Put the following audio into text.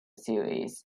series